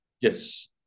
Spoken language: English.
Yes